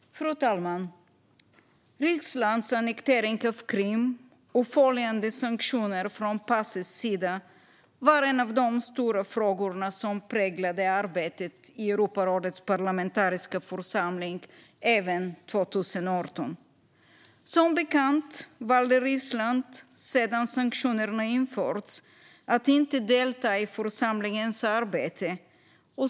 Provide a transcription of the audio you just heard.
Fru talman! Rysslands annektering av Krim och följande sanktioner från Paces sida var en av de stora frågorna som präglade arbetet i Europarådets parlamentariska församling även 2018. Som bekant valde Ryssland, sedan sanktionerna införts, att inte delta i församlingens arbete.